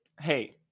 Hey